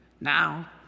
now